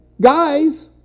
Guys